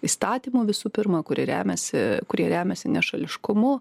įstatymu visų pirma kuri remiasi kurie remiasi nešališkumu